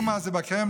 דומה זה בקרמלין.